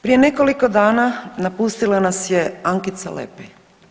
Prije nekoliko dana napustila nas je Ankica Lepej.